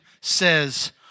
says